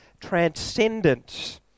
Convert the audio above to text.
transcendent